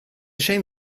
shame